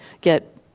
get